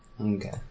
okay